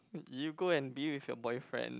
you go and be with your boyfriend